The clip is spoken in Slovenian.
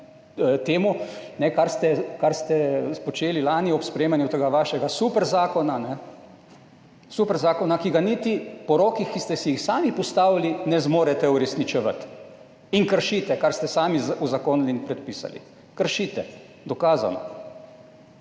kar ste počeli lani ob sprejemanju tega vašega super zakona. Super zakona, ki ga niti po rokih, ki ste si jih sami postavili, ne zmorete uresničevati in kršite, kar ste sami uzakonili in predpisali, kršite dokazano.